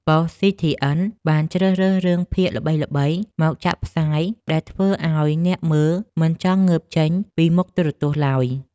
ប៉ុស្តិ៍ស៊ីធីអិនបានជ្រើសរើសរឿងភាគល្បីៗមកចាក់ផ្សាយដែលធ្វើឱ្យអ្នកមើលមិនចង់ងើបចេញពីមុខទូរទស្សន៍ឡើយ។